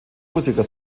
musiker